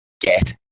Get